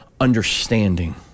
understanding